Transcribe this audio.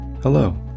Hello